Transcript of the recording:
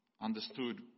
understood